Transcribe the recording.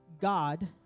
God